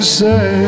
say